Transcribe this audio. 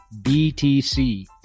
BTC